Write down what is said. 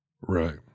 Right